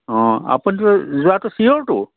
অঁ আপুনিতো যোৱাটো চিয়'ৰতো